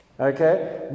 okay